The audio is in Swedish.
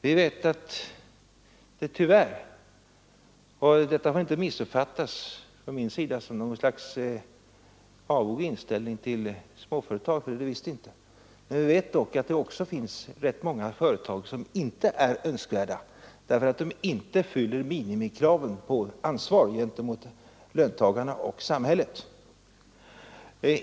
Vi vet att det tyvärr — detta får inte missuppfattas som någon avog insällning till småföretag från min sida, för det är det visst inte — finns rätt många företag som inte är önskvärda därför att de inte fyller minimikraven på ansvar gentemot löntagarna och samhället.